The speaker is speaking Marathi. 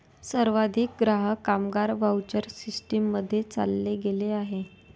सर्वाधिक ग्राहक, कामगार व्हाउचर सिस्टीम मध्ये चालले गेले आहे